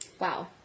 Wow